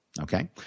Okay